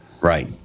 Right